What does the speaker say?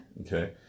Okay